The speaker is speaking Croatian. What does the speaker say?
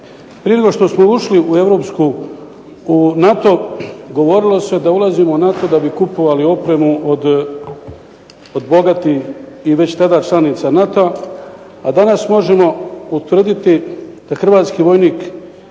europsku, u NATO govorilo se da ulazimo u NATO da bi kupovali opremu od bogatih i već tada članica NATO-a, a danas možemo utvrditi da hrvatski vojnik